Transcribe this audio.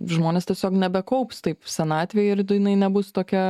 žmonės tiesiog nebekaups taip senatvei ir jinai nebus tokia